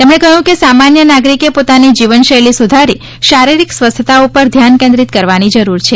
તેમણે કહ્યું કે સામાન્ય નાગરિકે પોતાની જીવનશૈલ સુધારી શારીરિક સ્વચ્થતા પર ધ્યાન કેન્દ્રીત કરવાની જરૂરીયાત છે